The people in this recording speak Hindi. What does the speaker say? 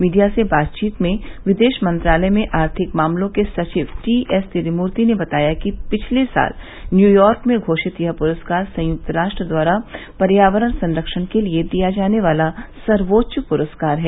मीडिया से बातवीत में विदेश मंत्रालय में आर्थिक मामलों के सचिव टी एस तिरूमूर्ति ने बताया कि पिछले साल न्यूयॉर्क में घोषित यह प्रस्कार संयुक्त राष्ट्र द्वारा पर्यावरण संरक्षण के लिए दिया जाने वाला सर्वोच्च पुरस्कार है